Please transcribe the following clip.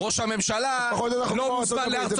ראש הממשלה לא מוזמן לארצות הברית.